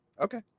Okay